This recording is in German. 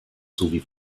sowie